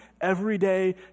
everyday